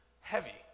heavy